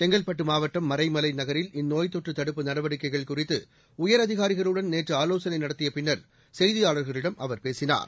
செங்கற்பட்டு மாவட்டம் மறைமலைநகரில் இந்நோய்த் தொற்று தடுப்பு நடவடிக்கைகள் குறித்து உயரதிகாரிகளுடன் நேற்று ஆலோசனை நடத்திய பின்னர் செய்தியாளர்களிடம் அவர் பேசினார்